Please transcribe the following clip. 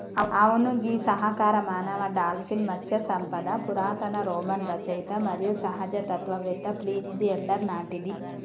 అవును గీ సహకార మానవ డాల్ఫిన్ మత్స్య సంపద పురాతన రోమన్ రచయిత మరియు సహజ తత్వవేత్త ప్లీనీది ఎల్డర్ నాటిది